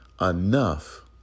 enough